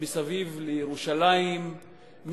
מסביב לירושלים,